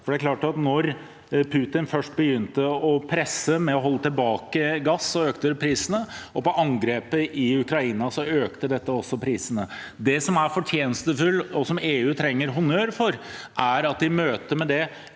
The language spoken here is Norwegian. Det er klart at da Putin først begynte å presse med å holde tilbake gass, økte prisene, og med angrepet i Ukraina økte også prisene. Det som er fortjenstfullt, og som EU skal ha honnør for, er at de i møte med det